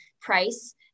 price